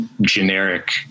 generic